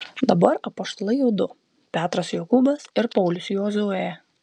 dabar apaštalai jau du petras jokūbas ir paulius jozuė